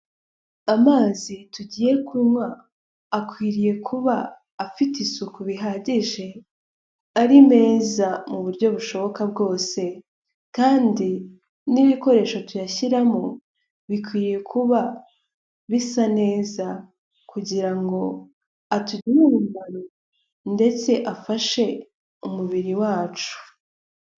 Amazi tugiye kunywa akwiriye kuba afite isuku bihagije, ari meza mu buryo bushoboka bwose kandi n'ibikoresho tuyashyiramo bikwiye kuba bisa neza kugira ngo atugirire umumaro ndetse afashe umubiri wacu.